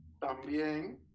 También